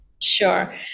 Sure